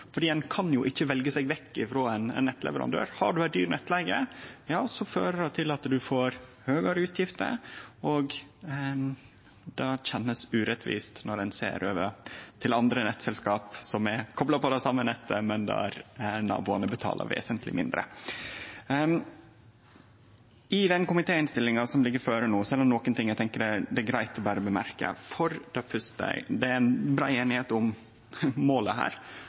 fordi ein ikkje kan velje seg vekk frå ein nettleverandør. Har ein dyr nettleige, fører det til at ein får høgare utgifter. Det kjennest urettvist når ein ser over til andre nettselskap som er kopla på det same nettet, men der naboane betaler vesentleg mindre. I den komitéinnstillinga som ligg føre no, er det nokre ting som eg tenkjer det er greitt å nemne. For det første: Det er brei einigheit om målet.